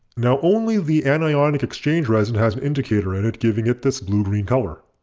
now only the anionic exchange resin has an indicator in it giving it this blue green color.